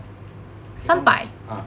ah